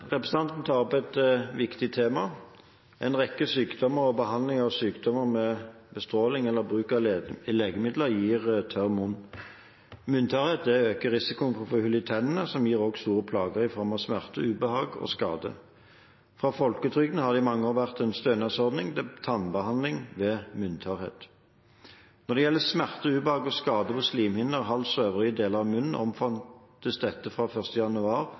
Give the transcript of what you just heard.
Representanten tar opp et viktig tema. En rekke sykdommer og behandling av sykdommer med bestråling eller bruk av legemidler gir tørr munn. Munntørrhet øker risikoen for å få hull i tennene, som også gir store plager i form av smerte, ubehag og skade. Fra folketrygden har det i mange år vært en stønadsordning til tannbehandling ved munntørrhet. Når det gjelder smerte, ubehag og skade på slimhinner, hals og øvrige deler av munnen, omfattes dette fra 1. januar